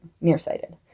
nearsighted